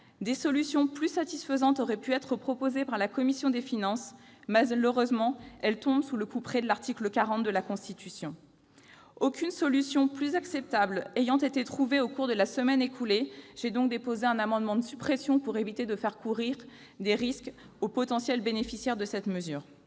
Des solutions plus satisfaisantes auraient pu être proposées par la commission des finances, mais elles seraient tombées sous le couperet de l'article 40 de la Constitution. Aucune solution plus acceptable n'ayant été trouvée au cours de la semaine écoulée, j'ai déposé un amendement de suppression de cet article, pour éviter de faire courir des risques aux potentiels bénéficiaires de cette mesure.